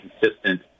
consistent